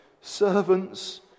servants